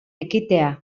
ekitea